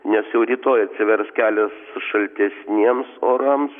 nes jau rytoj atsivers kelias šaltesniems orams